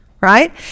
Right